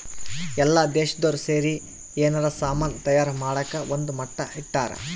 ಎಲ್ಲ ದೇಶ್ದೊರ್ ಸೇರಿ ಯೆನಾರ ಸಾಮನ್ ತಯಾರ್ ಮಾಡಕ ಒಂದ್ ಮಟ್ಟ ಇಟ್ಟರ